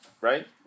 Right